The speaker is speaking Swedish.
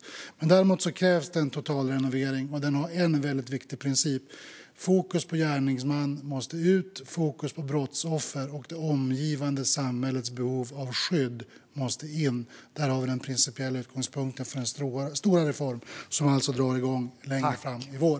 Däremot krävs det i det långa loppet en totalrenovering, och den har en viktig princip, nämligen att fokus på gärningsman måste ut samt att fokus på brottsoffer och det omgivande samhällets behov av skydd måste in. Där har vi den principiella utgångspunkten för den stora reform som alltså drar igång längre fram i vår.